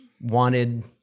wanted